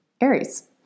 Aries